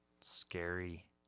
Scary